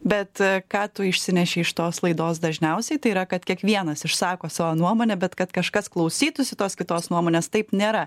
bet ką tu išsineši iš tos laidos dažniausiai tai yra kad kiekvienas išsako savo nuomonę bet kad kažkas klausytųsi tos kitos nuomonės taip nėra